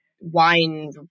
wine